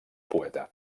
poeta